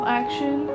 action